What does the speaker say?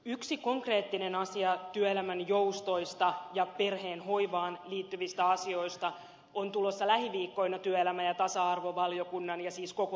yksi konkreettinen asia työelämän joustoista ja perheen hoivaan liittyvistä asioista on tulossa lähiviikkoina työelämä ja tasa arvovaliokunnan ja siis koko eduskunnan käsittelyyn